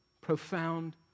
Profound